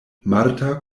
marta